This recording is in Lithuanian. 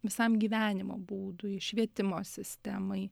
visam gyvenimo būdui švietimo sistemai